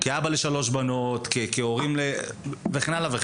כאבא לשלוש בנות, כהורים וכן הלאה.